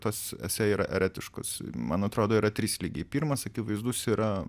tas esė yra eretiškos man atrodo yra trys lygiai pirmas akivaizdus yra